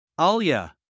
Alia